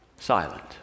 silent